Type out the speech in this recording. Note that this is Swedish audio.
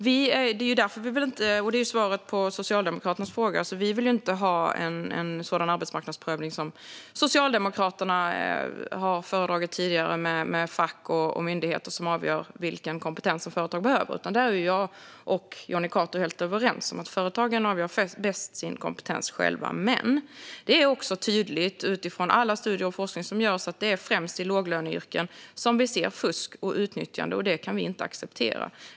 Vi vill inte - och det är svaret på socialdemokraternas fråga - ha en sådan arbetsmarknadsprövning som Socialdemokraterna har föredragit tidigare, där fack och myndigheter avgör vilken kompetens företag behöver. Jag och Jonny Cato är helt överens om att företagen själva bäst avgör sitt behov av kompetens. Men det är också tydligt utifrån alla studier och all forskning som görs att det främst är i låglöneyrken vi ser fusk och utnyttjande, och det kan vi inte acceptera.